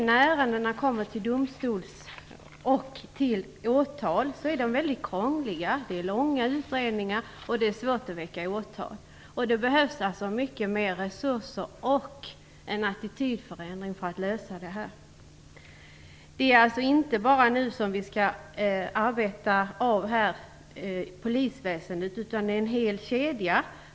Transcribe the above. När ärendena kommer till domstol och till åtal är de väldigt krångliga. Det är fråga om långa utredningar, och det är svårt att väcka åtal. Det behövs då mycket mera resurser och en attitydförändring för att man skall kunna komma till rätta med dessa brott. Det handlar alltså inte bara om polisväsendet, utan det rör sig om en hel kedja.